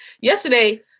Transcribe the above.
yesterday